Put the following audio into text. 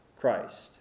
Christ